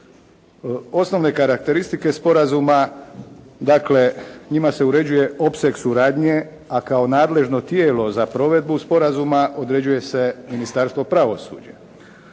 Osnovne karakteristike sporazuma dakle njima se uređuje opseg suradnje a kao nadležno tijelo za provedbu sporazuma određuje se Ministarstvo pravosuđa.